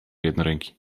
jednoręki